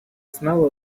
smell